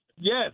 Yes